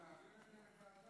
לא.